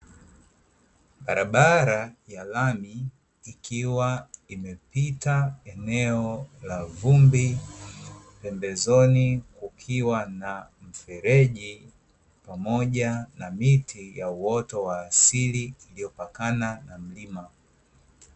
Barabara ya lami ikiwa imepita eneo la vumbi, pembezoni kukiwa na mifereji, pamoja na miti ya uoto wa asili, iliyopakana na mlima.